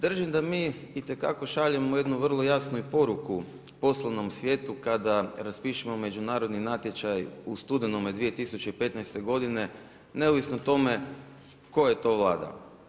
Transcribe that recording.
Držim da mi itekako šaljemo jednu vrlo jasnu poruku poslovnom svijetu, kada raspišemo međunarodni natječaj u studenome 2015. godine, neovisno o tome koja je to Vlada.